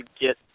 get